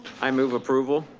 i move approval.